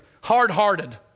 hard-hearted